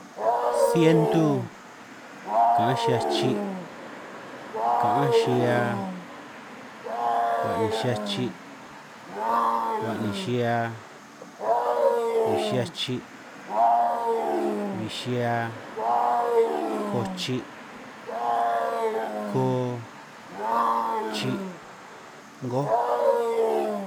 Sientu, ka'anj xihia chi', ka'anj xihia, ba'nij xia chi, ba'nij xia, bij xihia, chi', bij xihia, ko chi', ko, chi', 'ngoj.